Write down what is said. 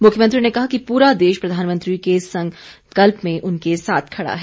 मुख्यमंत्री ने कहा कि पूरा देश प्रधानमंत्री के संकल्प में उनके साथ खड़ा है